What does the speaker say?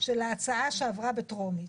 של ההצעה שעברה בטרומית.